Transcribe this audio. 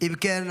אם כן,